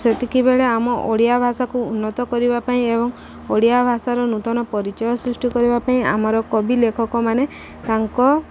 ସେତିକି ବେଳେ ଆମ ଓଡ଼ିଆ ଭାଷାକୁ ଉନ୍ନତ କରିବା ପାଇଁ ଏବଂ ଓଡ଼ିଆ ଭାଷାର ନୂତନ ପରିଚୟ ସୃଷ୍ଟି କରିବା ପାଇଁ ଆମର କବି ଲେଖକମାନେ ତାଙ୍କ